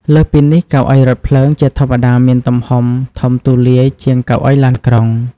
លើសពីនេះ កៅអីរថភ្លើង ជាធម្មតាមានទំហំ ធំទូលាយជាងកៅអីឡានក្រុង។